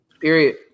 Period